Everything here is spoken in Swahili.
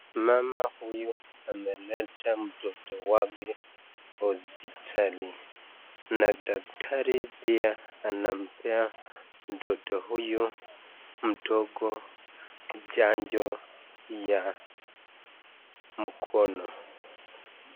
Mama huyu ameleta mtoto wake hospitali na daktari pia anampea mtoto huyu mdogo chanjo ya mkono.